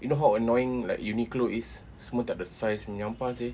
you know how annoying like uniqlo is semua tak ada saiz menyampah seh